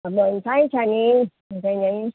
फुलोहरू छानीछानी यता यही